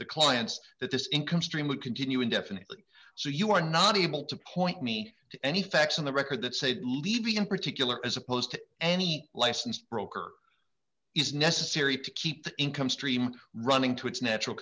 the clients that this income stream would continue indefinitely so you are not able to point me to any facts on the record that said levy in particular as opposed to any licensed broker is necessary to keep the income stream running to its natural